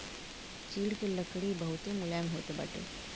चीड़ के लकड़ी बहुते मुलायम होत बाटे